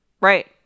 Right